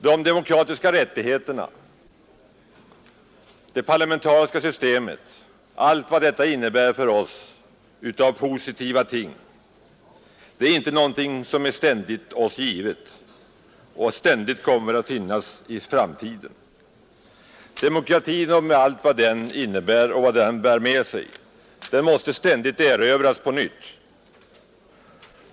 De demokratiska rättigheterna, det parlamentariska systemet med vad detta innebär för oss av positiva ting, är inte någonting som är oss ständigt givet och alltid kommer att finnas i framtiden. Demokratin måste ständigt erövras på nytt.